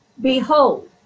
behold